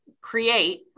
create